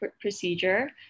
procedure